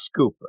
scooper